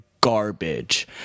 garbage